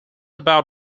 about